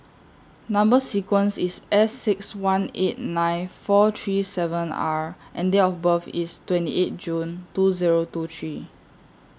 Number sequence IS S six one eight nine four three seven R and Date of birth IS twenty eight June two Zero two three